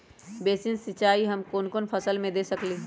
Basin सिंचाई हम कौन कौन फसल में दे सकली हां?